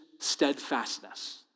Steadfastness